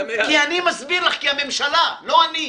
--- כי אני מסביר לך, כי הממשלה, לא אני.